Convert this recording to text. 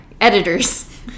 editors